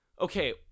okay